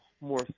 more